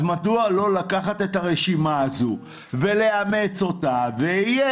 אז מדוע לא לקחת את הרשימה הזו ולאמץ אותה ויהיה